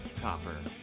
Copper